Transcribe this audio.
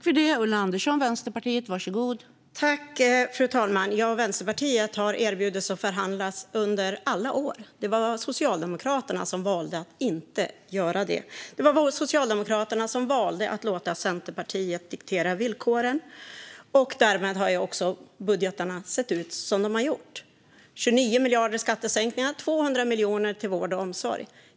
Fru talman! Vänsterpartiet har erbjudit sig att förhandla under alla år. Det var Socialdemokraterna som valde att inte göra det. Det var Socialdemokraterna som valde att låta Centerpartiet diktera villkoren. Därmed har budgetarna sett ut som de har gjort - 29 miljarder kronor i skattesänkningar och 200 miljoner kronor till vård och omsorg.